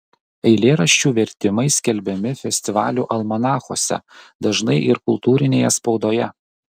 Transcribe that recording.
eilėraščių vertimai skelbiami festivalių almanachuose dažnai ir kultūrinėje spaudoje